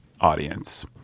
audience